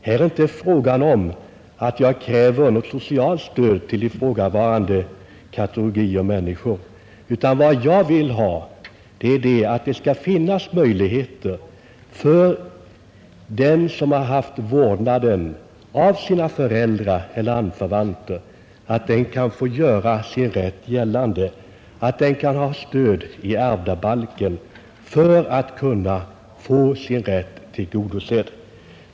Här är inte fråga om att jag kräver något socialt stöd till ifrågavarande kategori människor, utan vad jag vill är att det skall finnas möjligheter för dem som har haft vårdnaden av sina föräldrar eller andra anförvanter att göra sina ersättningsanspråk gällande, att de skall ha stöd i ärvdabalken för att kunna få sin rätt tillgodosedd.